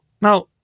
Now